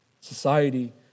society